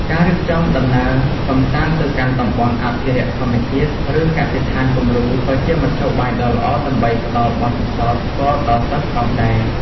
ការរៀបចំដំណើរកម្សាន្តទៅកាន់តំបន់អភិរក្សធម្មជាតិ ឬកសិដ្ឋានគំរូក៏ជាមធ្យោបាយដ៏ល្អដើម្បីផ្តល់បទពិសោធន៍ផ្ទាល់ដល់សិស្សផងដែរ។